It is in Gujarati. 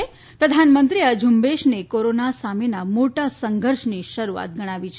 પ્રધાનમંત્રીએ આ ઝુંબેશને કોરોના સામેના મોટા સંઘર્ષની શરૂઆત ગણાવી છે